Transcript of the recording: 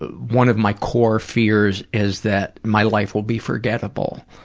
one of my core fears is that my life will be forgettable,